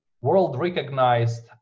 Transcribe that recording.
world-recognized